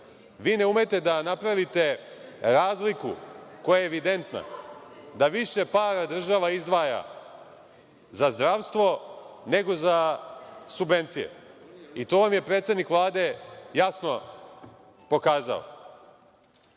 Vi ne umete da napravite razliku koja je evidentna, da više para država izdvaja za zdravstvo nego za subvencije. To vam je predsednik Vlade jasno pokazao. Nemojte